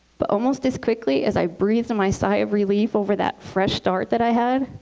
but almost as quickly as i breathed and my sigh of relief over that fresh start that i had,